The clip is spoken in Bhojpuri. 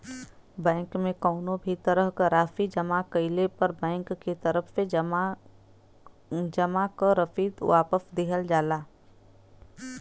बैंक में कउनो भी तरह क राशि जमा कइले पर बैंक के तरफ से जमा क रसीद वापस दिहल जाला